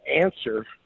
answer